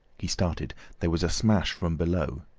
he started. there was a smash from below.